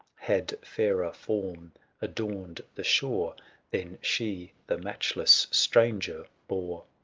had fairer form adorned the shore than she, the matchless stranger, bore.